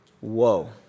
Whoa